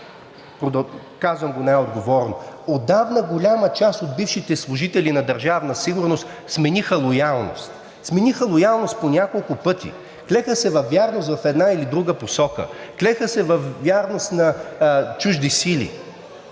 казвам го най-отговорно. Отдавна голяма част от бившите служители на Държавна сигурност смениха лоялност, смениха лоялност по няколко пъти, клеха се във вярност в една или друга посока, клеха се във вярност на чужди сили,